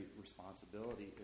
responsibility